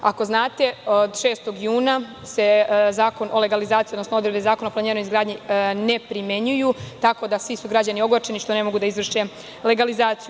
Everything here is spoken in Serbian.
Ako znate od 6. juna se zakon o legalizaciji, odnosno odredbe zakona o planiranju i izgradnji ne primenjuju, tako da su svi građani ogorčeni što ne mogu da izvrše legalizaciju.